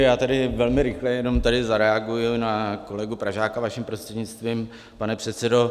Já tedy velmi rychle tady zareaguji na kolegu Pražáka, vaším prostřednictvím, pane předsedo.